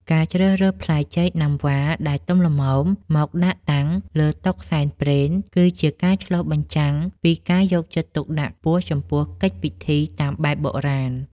ការជ្រើសរើសផ្លែចេកណាំវ៉ាដែលទុំល្មមមកដាក់តាំងលើតុសែនព្រេន គឺជាការឆ្លុះបញ្ចាំងពីការយកចិត្តទុកដាក់ខ្ពស់ចំពោះកិច្ចពិធីតាមបែបបុរាណ។